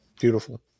Beautiful